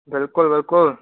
बिल्कुलु बिल्कुलु